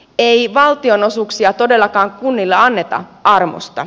ei valtionosuuksia todellakaan kunnille anneta armosta